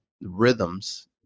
rhythms